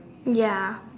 ya